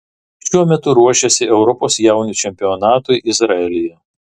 šiuo metu ruošiuosi europos jaunių čempionatui izraelyje